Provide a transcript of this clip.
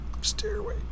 stairway